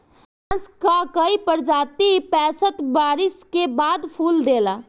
बांस कअ कई प्रजाति पैंसठ बरिस के बाद फूल देला